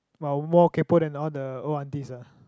wow more kaypo than all the old aunties ah